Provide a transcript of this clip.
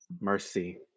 Mercy